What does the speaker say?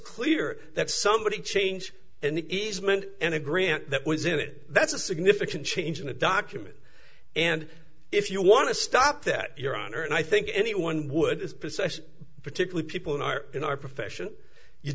clear that somebody change an easement and a grant that was in it that's a significant change in the documents and if you want to stop that your honor and i think anyone would particularly people in our in our profession you